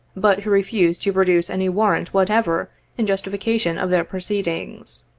but who refused to produce any warrant whatever in justification of their proceedings.